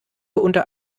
unter